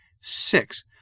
Six